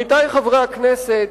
עמיתי חברי הכנסת,